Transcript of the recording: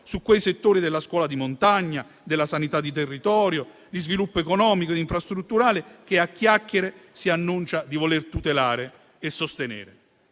su quei settori della scuola di montagna, della sanità di territorio, di sviluppo economico ed infrastrutturale che a chiacchiere si annuncia di voler tutelare e sostenere.